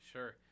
Sure